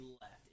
left